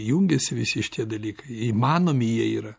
jungiasi visi šitie dalykai įmanomi jie yra